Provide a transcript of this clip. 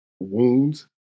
Wounds